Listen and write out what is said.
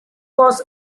was